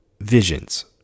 visions